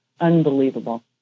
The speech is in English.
unbelievable